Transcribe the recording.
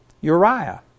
Uriah